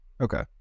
Okay